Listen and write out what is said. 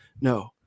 No